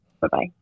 Bye-bye